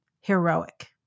heroic